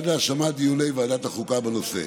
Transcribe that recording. עד להשלמת דיוני ועדת החוקה בנושא.